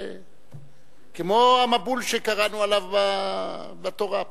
זה כמו המבול שקראנו עליו בתורה.